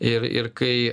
ir ir kai